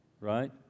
right